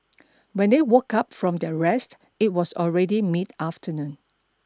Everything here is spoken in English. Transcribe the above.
when they woke up from their rest it was already mid afternoon